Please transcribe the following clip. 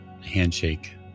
handshake